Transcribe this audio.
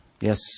Yes